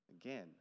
Again